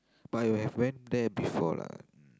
but you have went there before lah